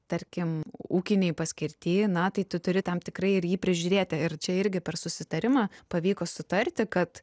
tarkim ūkinėj paskirty na tai tu turi tam tikrai ir jį prižiūrėti ir čia irgi per susitarimą pavyko sutarti kad